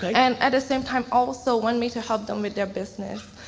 and at the same time also want me to help them with their business.